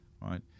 right